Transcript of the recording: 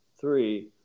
three